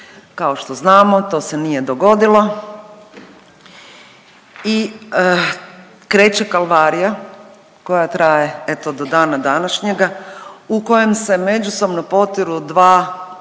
Kao što znamo to se nije dogodilo i kreće kalvarija koja traje eto do dana današnjega u kojem se međusobno potiru dva